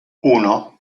uno